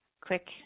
quick